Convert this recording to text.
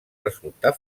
resultar